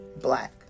black